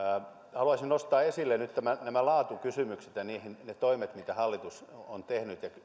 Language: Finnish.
haluaisin nostaa esille nyt nämä laatukysymykset ja ne toimet mitä hallitus on tehnyt